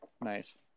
Nice